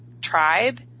tribe